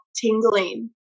tingling